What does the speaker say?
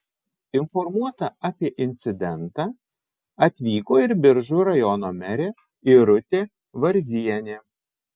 informuota apie incidentą atvyko ir biržų rajono merė irutė varzienė